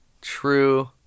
True